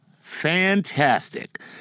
Fantastic